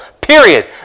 Period